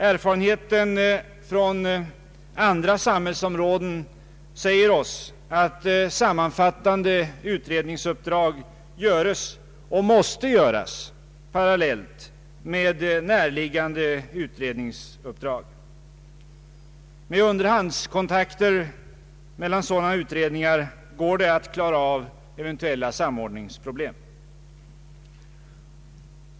Erfarenheten från andra samhällsområden säger oss att sammanfattande utredningsuppdrag görs och måste göras parallellt med närliggande utredningsuppdrag. Med underhandskontakter mellan sådana utredningar går det att klara av eventuella samordningsproblem.